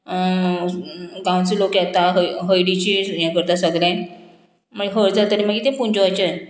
गांवचे लोक येता हळडीची हें करता सगळें मागीर हळद जातरी मागीर तें पुंजवचन